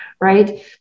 Right